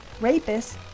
rapists